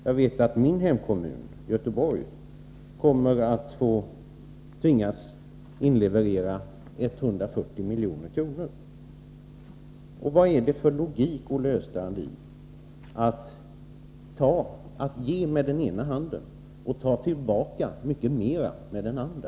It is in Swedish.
Jag vet att min hemkommun, Göteborgs kommun, kommer att tvingas inleverera 140 milj.kr. Vad är det för logik i att ge med den ena handen och ta tillbaka mycket mer med den andra?